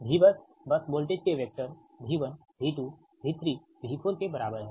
Vbus bus voltage के vector V1V2V3V4 के बराबर है